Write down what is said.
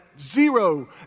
zero